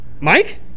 Mike